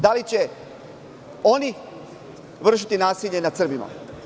Da li će oni vršiti nasilje nad Srbima.